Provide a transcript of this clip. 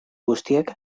guztiek